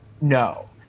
no